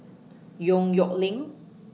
Yong Nyuk Lin